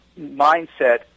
mindset